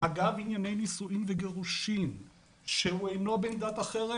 הגם ענייני נישואים וגירושים שהוא אינו בן דת אחרת,